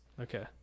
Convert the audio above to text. Okay